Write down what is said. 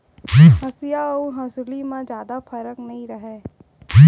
हँसिया अउ हँसुली म जादा फरक नइये